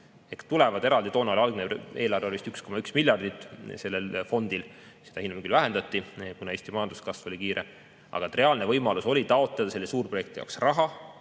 ellu viia. Toonane algne eelarve oli vist 1,1 miljardit sellel fondil, seda hiljem küll vähendati, kuna Eesti majanduskasv oli kiire, aga oli reaalne võimalus taotleda selle suurprojekti jaoks raha.